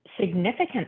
significant